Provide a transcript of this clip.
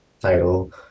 title